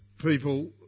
people